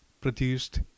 produced